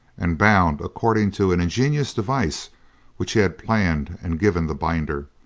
and bound according to an ingenious device which he had planned and given the binder,